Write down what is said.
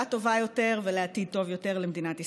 טובה יותר ולעתיד טוב יותר למדינת ישראל.